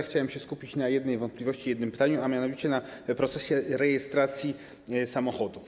Chciałem się skupić na jednej wątpliwości, jednym pytaniu, a mianowicie na procesie rejestracji samochodów.